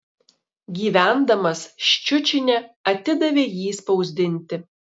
gyvendamas ščiučine atidavė jį spausdinti